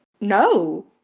no